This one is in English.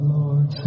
Lord